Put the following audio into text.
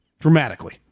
Dramatically